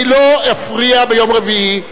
אני לא אפריע ביום רביעי,